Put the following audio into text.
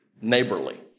neighborly